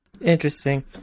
Interesting